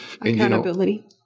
Accountability